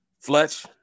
Fletch